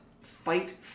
fight